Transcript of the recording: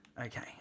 Okay